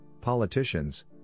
politicians